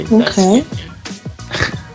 okay